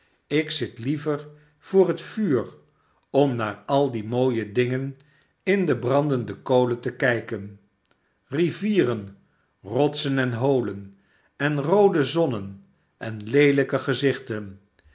ik zit liever voor het vuur om naar al die mooie dingen in de brandende kolen te kijken rivieren rotsen en holen en roode zonnen en leelijke gezichten